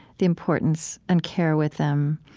the importance and care with them,